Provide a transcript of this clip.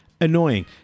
Annoying